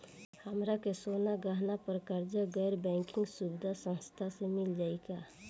हमरा के सोना गहना पर कर्जा गैर बैंकिंग सुविधा संस्था से मिल जाई का?